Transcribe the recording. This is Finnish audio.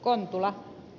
kontula